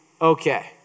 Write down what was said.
okay